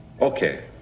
okay